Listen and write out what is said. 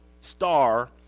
star